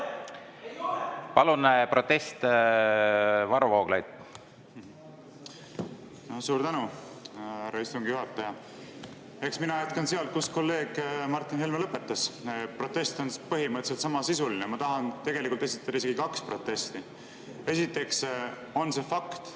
see esimesele lugemisele. Suur tänu, härra istungi juhataja! Eks mina jätkan sealt, kus kolleeg Martin Helme lõpetas. Protest on põhimõtteliselt samasisuline. Ma tahan tegelikult esitada isegi kaks protesti. Esiteks on see fakt,